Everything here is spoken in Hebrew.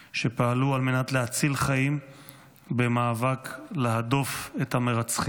שפעלו על מנת להציל חיים במאבק להדוף את המרצחים.